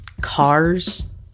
cars